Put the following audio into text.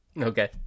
okay